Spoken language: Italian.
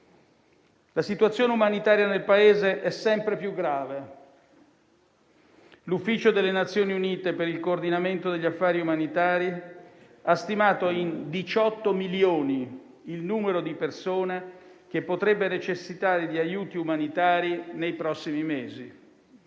La situazione umanitaria nel Paese è sempre più grave. L'ufficio delle Nazioni Unite per il coordinamento degli affari umanitari ha stimato in 18 milioni il numero di persone che potrebbero necessitare di aiuti umanitari nei prossimi mesi.